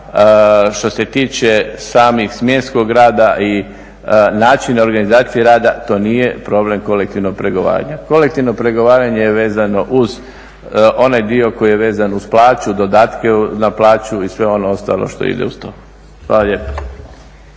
što se tiče samog smjenskog rada i načina organizacije rada, to nije problem kolektivnog pregovaranja. Kolektivno pregovaranje je vezano uz onaj dio koji je vezan uz plaću, dodatke na plaću i sve ono ostalo što ide uz to. Hvala lijepa.